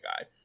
guy